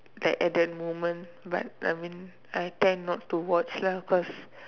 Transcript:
that at the moment but I mean I tend not to watch lah cause